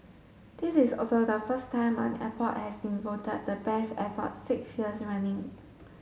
this is also the first time an airport has been voted the Best Airport six years running